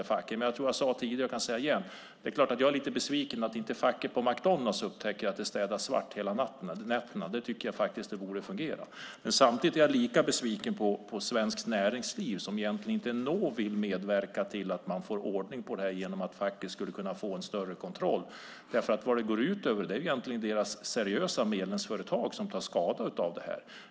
Men som jag tror att jag sade tidigare är jag lite besviken över att facket på McDonalds inte upptäcker att det städas svart hela nätterna. Där borde det ha fungerat. Samtidigt är jag lika besviken på Svenskt Näringsliv som inte vill medverka till att man får ordning på detta genom att låta facket få större kontroll. Det går ut över deras seriösa medlemsföretag; de tar skada av detta.